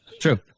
True